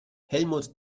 helmut